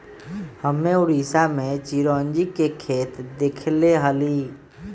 हम्मे उड़ीसा में चिरौंजी के खेत देखले हली